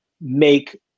make